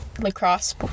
lacrosse